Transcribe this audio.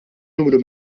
numru